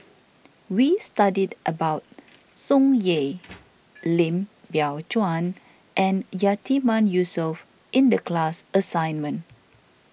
we studied about Tsung Yeh Lim Biow Chuan and Yatiman Yusof in the class assignment